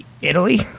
Italy